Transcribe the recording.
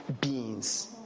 beings